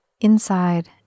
inside